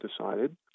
decided